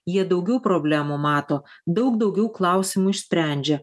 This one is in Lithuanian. jie daugiau problemų mato daug daugiau klausimų išsprendžia